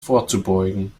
vorzubeugen